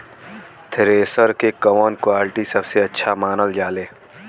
Thresher के कवन quality सबसे अच्छा मानल जाले?